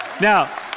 now